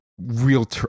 real